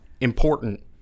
important